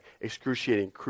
Excruciating